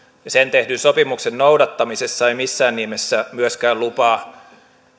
ja sen tehdyn sopimuksen noudattamisessa ei missään nimessä myöskään lupaa